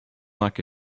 like